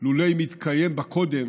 לא מתקיימת בה קודם